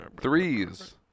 threes